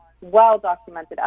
well-documented